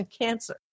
cancer